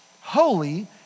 holy